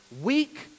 weak